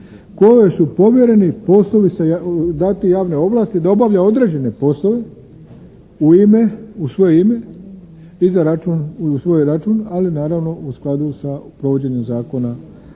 kojoj su povjereni poslovi, date javne ovlasti da obavlja određene poslove u svoje ime, u svoj račun ali naravno u skladu sa provođenjem Zakona